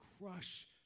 crush